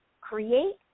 create